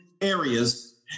areas